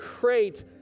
great